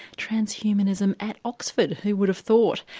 transhumanism at oxford, who would have thought?